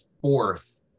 Fourth